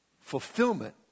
fulfillment